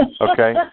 Okay